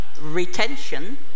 retention